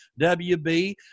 wb